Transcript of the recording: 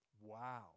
Wow